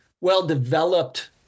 well-developed